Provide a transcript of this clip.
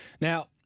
Now